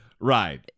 Right